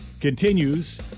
continues